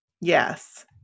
Yes